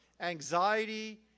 anxiety